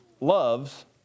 loves